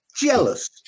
jealous